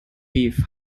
rief